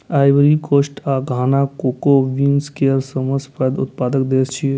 Ivory Coast आ Ghana cocoa beans केर सबसं पैघ उत्पादक देश छियै